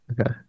Okay